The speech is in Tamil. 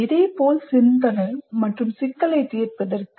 இதேபோல் சிந்தனை மற்றும் சிக்கலைத் தீர்ப்பதற்கு